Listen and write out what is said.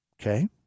Okay